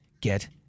Get